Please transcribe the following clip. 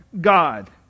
God